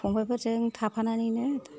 फंबायफोरजों थाफानानैनो